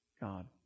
God